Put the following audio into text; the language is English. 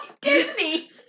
Disney